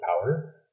power